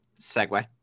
segue